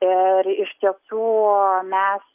ir iš tiesų o mes